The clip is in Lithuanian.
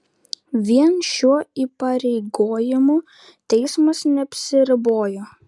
vien šiuo įpareigojimu teismas neapsiribojo